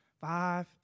five